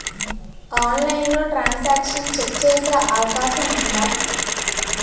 ఆన్లైన్లో transaction check చేసే అవకాశం ఉందా?